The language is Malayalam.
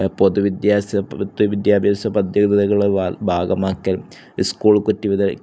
പൊതു വിദ്യാഭ്യാസ പദ്ധതികളുടെ ഭാഗമാക്കൽ സ്കൂൾ കിറ്റ്